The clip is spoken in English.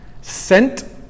sent